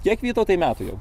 kiek vytautai metų jau